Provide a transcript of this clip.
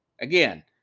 Again